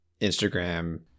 Instagram